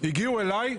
הגיעו אלי,